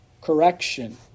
correction